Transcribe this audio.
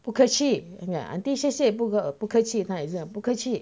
不客气 ya auntie 谢谢不不客气他也是讲不客气